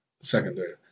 Secondary